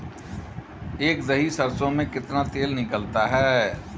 एक दही सरसों में कितना तेल निकलता है?